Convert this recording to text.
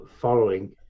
following